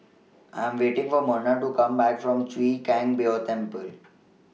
I Am waiting For Merna to Come Back from Chwee Kang Beo Temple